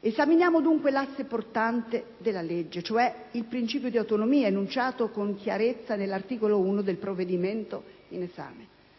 Esaminiamo dunque l'asse portante di questo disegno di legge, cioè il principio di autonomia, enunciato con chiarezza all'articolo 1, un'autonomia che